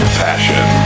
passion